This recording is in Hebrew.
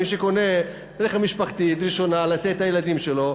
מי שקונה רכב משפחתי ראשון להסיע את הילדים שלו,